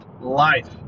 Life